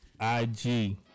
IG